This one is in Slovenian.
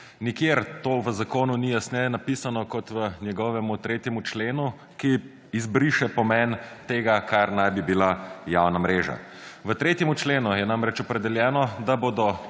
Nikjer to v zakonu ni jasneje napisano kot v njegovem 3. členu, ki izbriše pomen tega kar naj bi bila javna mreža. V 3. členu je namreč opredeljeno, da bodo